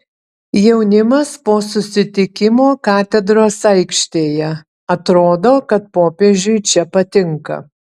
jaunimas po susitikimo katedros aikštėje atrodo kad popiežiui čia patinka